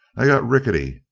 they got rickety!